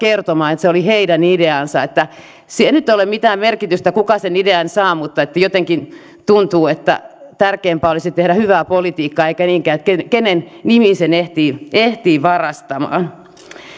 kertomaan että se oli heidän ideansa sillä nyt ei ole mitään merkitystä kuka sen idean saa mutta jotenkin tuntuu että tärkeämpää olisi tehdä hyvää politiikkaa eikä niinkään se kenen nimiin sen ehtii ehtii varastamaan